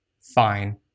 fine